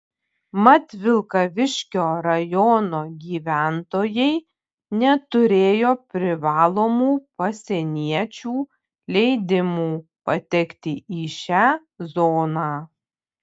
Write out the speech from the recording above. mat vilkaviškio rajono gyventojai neturėjo privalomų pasieniečių leidimų patekti į šią zoną